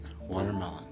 Watermelon